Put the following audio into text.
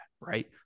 right